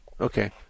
Okay